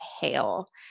hail